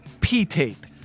P-tape